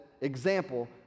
example